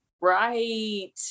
Right